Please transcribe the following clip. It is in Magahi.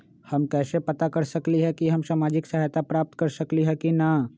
हम कैसे पता कर सकली ह की हम सामाजिक सहायता प्राप्त कर सकली ह की न?